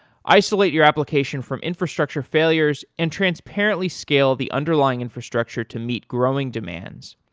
isolate your application from infrastructure failures and transparently scale the underlying infrastructure to meet growing demand,